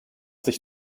sich